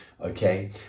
Okay